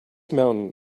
mountain